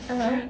(uh huh)